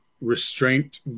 restraint